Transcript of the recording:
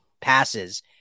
passes